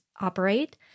operate